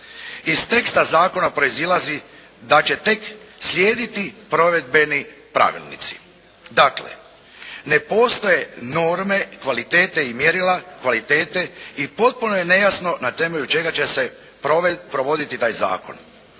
Iz teksta zakona proizilazi da će tek slijediti provedbeni pravilnici. Dakle, ne postoje norme, kvalitete i mjerila kvalitete i potpuno je nejasno na temelju čega će se provoditi taj Zakon,